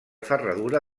ferradura